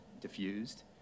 diffused